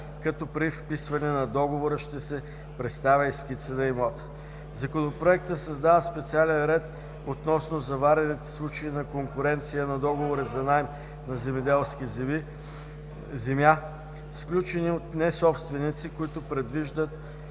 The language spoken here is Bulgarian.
като при вписване на договора ще се представя и скица на имота. Законопроектът създава специален ред относно заварените случаи на конкуренция на договори за наем на земеделска земя, сключени от несобственици, който предвижда